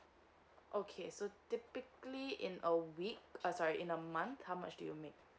okay so typically in a week uh sorry in a month how much do you make